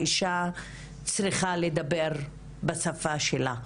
האישה צריכה לדבר בשפה שלה,